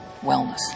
wellness